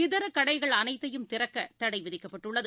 இதரகடைகள் அனைத்தையும் திறக்கதடைவிதிக்கப்பட்டுள்ளது